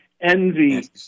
envy